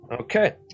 Okay